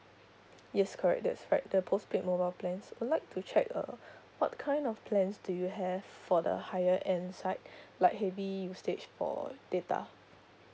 yes correct that's right the postpaid mobile plans would like to check uh what kind of plans do you have for the higher end side like heavy usage for data